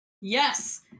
Yes